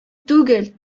түгел